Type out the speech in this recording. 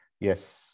yes